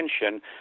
attention